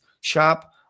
shop